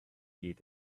eat